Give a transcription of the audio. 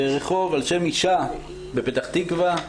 רחוב על שם אישה בפתח תקווה,